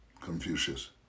Confucius